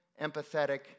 empathetic